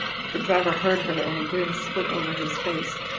but the driver heard her, and a grin split over his face.